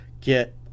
get